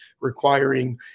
requiring